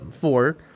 four